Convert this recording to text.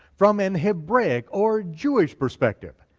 from an hebraic, or jewish, perspective.